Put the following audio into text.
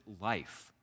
life